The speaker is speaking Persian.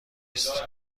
است